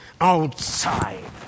Outside